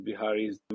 Biharis